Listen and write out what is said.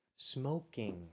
smoking